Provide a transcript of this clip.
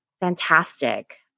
fantastic